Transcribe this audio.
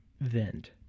vent